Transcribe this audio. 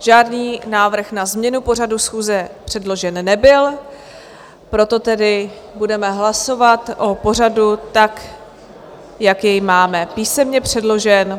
Žádný návrh na změnu pořadu schůze předložen nebyl, proto tedy budeme hlasovat o pořadu tak, jak jej máme písemně předložen.